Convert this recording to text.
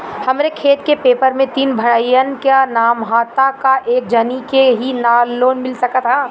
हमरे खेत के पेपर मे तीन भाइयन क नाम ह त का एक जानी के ही लोन मिल सकत ह?